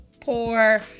Poor